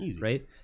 right